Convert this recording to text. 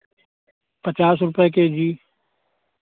पचास रुपए के जी